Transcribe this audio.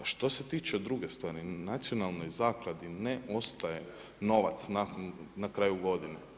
Što se tiče druge stvari, Nacionalnoj zakladi, ne ostaje novac na kraju godine.